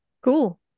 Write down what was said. cool